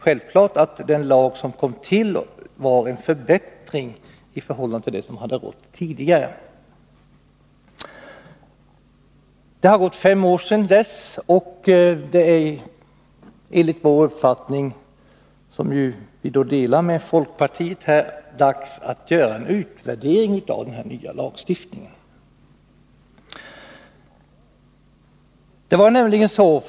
Självfallet var den lag som kom till en förbättring jämfört med förhållandena tidigare. Det har nu gått fem år sedan dess, och det är enligt vår uppfattning, som delas av folkpartiet, dags att göra en utvärdering av den nya lagstiftningen.